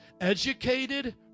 educated